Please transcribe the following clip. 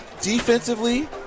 Defensively